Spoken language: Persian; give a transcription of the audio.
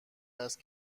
هست